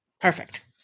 Perfect